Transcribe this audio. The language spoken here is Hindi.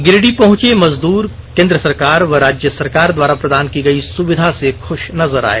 गिरिडीह पहुँचे मजदूर केन्द्र सरकार व राज्य सरकार द्वारा प्रदान की गई सुविधा से खुश नजर आए